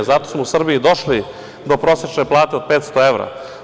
Zato smo u Srbiji došli do prosečne plate od 500 evra.